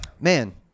man